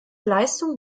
leistung